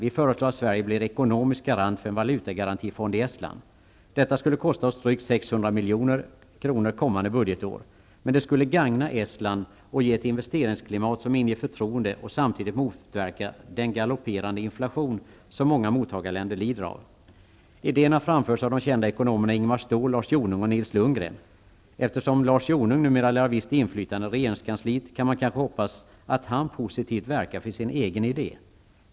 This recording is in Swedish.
Vi föreslår att Sverige blir ekonomisk garant för en valutagarantifond i Estland. Detta skulle kosta oss drygt 600 milj.kr. kommande budgetår. Men det skulle gagna Estland och ge ett investeringsklimat som inger förtroende och samtidigt motverka den galopperande inflation som många mottagarländer lider av. Idén har framförts av de kända ekonomerna Ingemar Lars Jonung numera lär ha visst inflytande i regeringskansliet kan man kanske hoppas att han positivt verkar för sin egen idé.